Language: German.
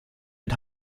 mit